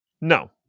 No